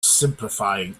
simplifying